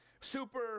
Super